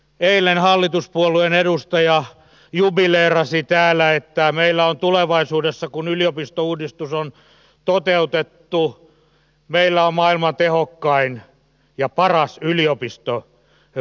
eilen hallituspuolueen edustaja jubileerasi täällä että meillä on tulevaisuudessa kun yliopistouudistus on toteutettu maailman tehokkain ja paras yliopistoverkosto